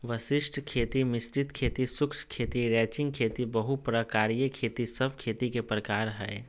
वशिष्ट खेती, मिश्रित खेती, शुष्क खेती, रैचिंग खेती, बहु प्रकारिय खेती सब खेती के प्रकार हय